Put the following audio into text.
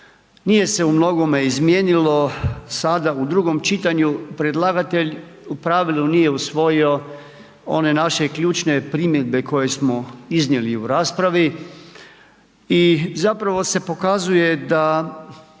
nije se u mnogome izmijenilo, sada u drugom čitanju, predlagatelj u pravilu nije usvojio one naše ključne primjedbe koje smo iznijeli u raspravi i zapravo se pokazuje da